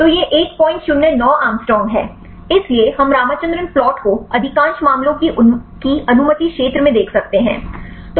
तो यह 109 एंग्स्ट्रॉम है इसलिए हम रामचंद्रन प्लाट को अधिकांश मामलों की अनुमति क्षेत्र में देख सकते हैं